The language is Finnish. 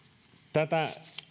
tätä